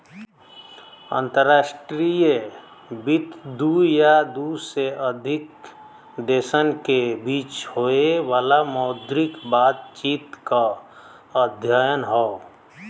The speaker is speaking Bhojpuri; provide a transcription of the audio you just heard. अंतर्राष्ट्रीय वित्त दू या दू से अधिक देशन के बीच होये वाला मौद्रिक बातचीत क अध्ययन हौ